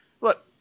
Look